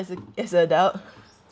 as a as a adult